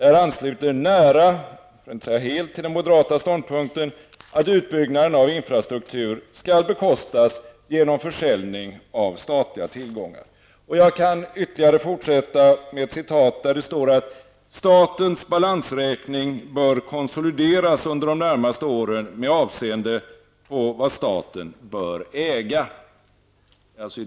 Det ansluter nära för att inte säga helt till den moderata ståndpunkten att utbyggnaden av infrastruktur skall bekostas genom försäljning av statliga tillgångar. Jag kan fortsätta med ett citat ur propositionen, där det heter: ''statens balansräkning bör konsolideras under de närmaste åren med avseende på vad staten bör äga''.